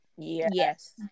Yes